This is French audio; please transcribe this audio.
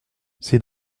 ces